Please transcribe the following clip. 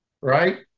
right